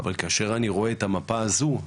אבל כאשר אני רואה את המפה הזו,